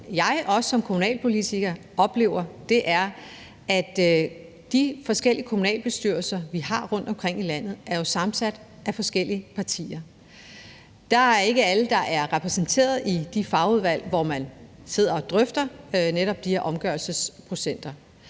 også som kommunalpolitiker oplever, er, at de forskellige kommunalbestyrelser, vi har rundtomkring i landet, jo er sammensat af forskellige partier. Det er ikke alle, der er repræsenteret i de fagudvalg, hvor man sidder og jo netop drøfter de her omgørelsesprocenter.